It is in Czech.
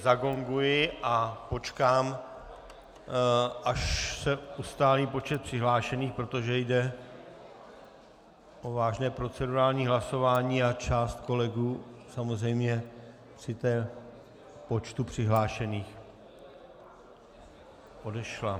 Zagonguji a počkám, až se ustálí počet přihlášených, protože jde o vážné procedurální hlasování, a část kolegů samozřejmě při tom počtu přihlášených odešla.